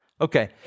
Okay